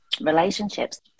relationships